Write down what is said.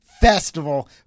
festival